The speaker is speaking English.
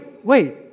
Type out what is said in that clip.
Wait